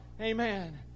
amen